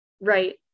right